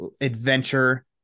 adventure